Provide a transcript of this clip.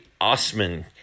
Osman